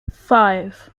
five